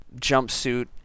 jumpsuit